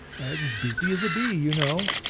as busy as a bee you know.